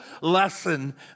lesson